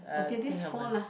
okay these four lah